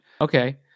Okay